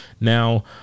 now